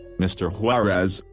mr. juarez,